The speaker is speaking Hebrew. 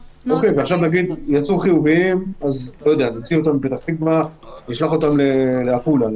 את אלה שיצאו חיוביים נשלח לעפולה אני